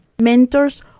mentors